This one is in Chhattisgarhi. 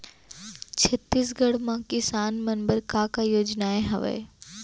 छत्तीसगढ़ म किसान मन बर का का योजनाएं हवय?